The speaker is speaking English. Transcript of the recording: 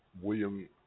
William